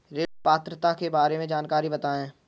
ऋण पात्रता के बारे में जानकारी बताएँ?